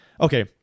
Okay